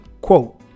quote